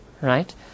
right